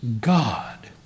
God